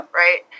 right